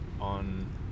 on